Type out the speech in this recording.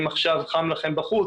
אם עכשיו חם לכם בחוץ,